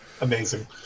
Amazing